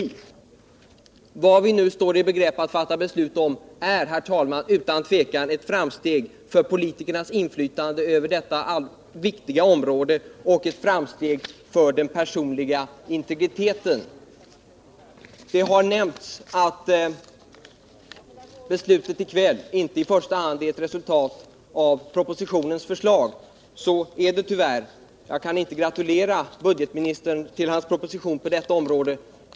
Vad vi nu står i begrepp att fatta beslut om innebär, herr talman, utan tvivel ett framsteg för politikernas inflytande över detta viktiga område och för den personliga integriteten. Det har nämnts att kvällens beslut i detta ärende inte i första hand är ett resultat av propositionens förslag. Så är det tyvärr. Jag kan inte gratulera budgetoch ekonomiministern till hans proposition på detta område.